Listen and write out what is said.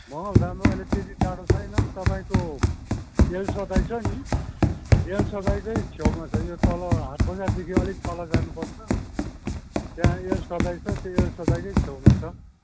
मङ्गलधाम र अहिले त्यति टाडो छैन तपाईँको एल्सादाई छ नि एल्सादाईकै छेउमा छ यो तल हाट बजारदेखि अलिक तल जानु पर्छ त्यहाँ एल्सादाई छ त्यो एल्सादाईकै छेउमा छ